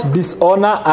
dishonor